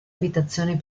abitazioni